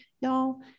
y'all